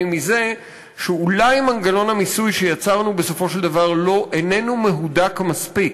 מזה שאולי מנגנון המיסוי שיצרנו בסופו של דבר איננו מהודק מספיק,